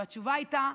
התשובה הייתה: